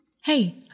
Hey